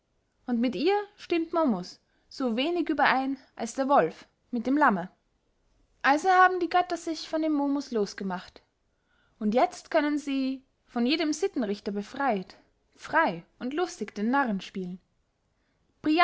und mit ihr stimmt momus so wenig überein als der wolf mit dem lamme also haben die götter sich von dem momus los gemacht und jetzt können sie von jedem sittenrichter befreyt frey und lustig den narren spielen